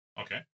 Okay